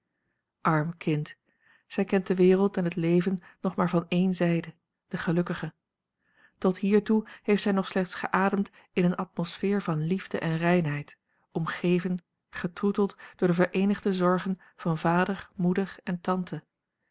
arm kind zij kent de wereld en het leven nog maar van één zijde de gelukkige tot hiertoe heeft zij nog slechts geademd in een atmosfeer van liefde en reinheid omgeven getroeteld door de vereenigde zorgen van vader moeder en tante